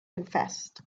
confessed